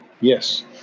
Yes